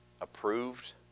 approved